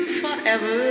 forever